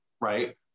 right